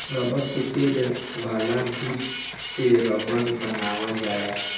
रबड़ के पेड़ वाला दूध से रबड़ बनावल जाला